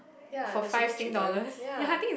ya the super cheap one ya